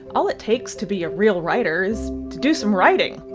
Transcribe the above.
all it takes to be a real writers to do some writing,